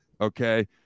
Okay